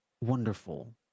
wonderful